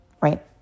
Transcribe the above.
Right